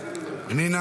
אינה